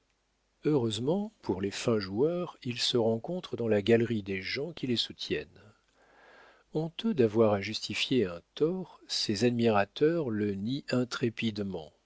heureusement pour les fins joueurs il se rencontre dans la galerie des gens qui les soutiennent honteux d'avoir à justifier un tort ces admirateurs le nient